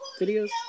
videos